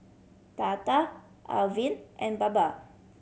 Tata Arvind and Baba